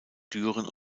düren